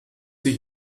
ich